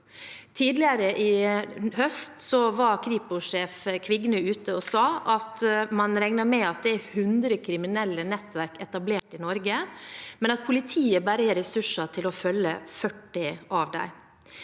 Tidligere i høst var Kripos-sjef Kvigne ute og sa at man regner med at det er 100 kriminelle nettverk etablert i Norge, men at politiet bare har ressurser til å følge 40 av dem.